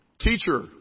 Teacher